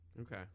okay